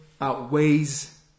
outweighs